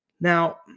Now